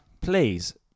please